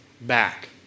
back